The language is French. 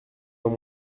dans